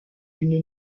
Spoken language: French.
une